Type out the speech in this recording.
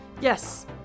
Yes